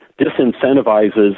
disincentivizes